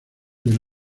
del